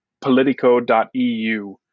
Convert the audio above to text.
politico.eu